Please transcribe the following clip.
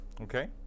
Okay